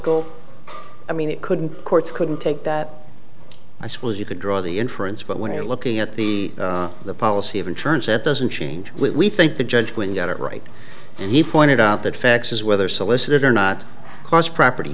logical i mean it couldn't courts couldn't take that i suppose you could draw the inference but when you're looking at the the policy of insurance at doesn't change we think the judge when got it right and he pointed out that faxes whether solicitor not cause property